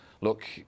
look